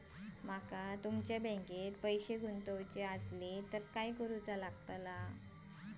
माका तुमच्या बँकेत पैसे गुंतवूचे आसत तर काय कारुचा लगतला?